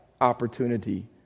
opportunity